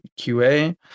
qa